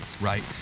right